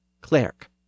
clerk